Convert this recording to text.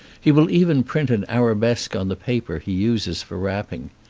he will even print an arabesque on the paper he uses for wrapping.